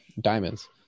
diamonds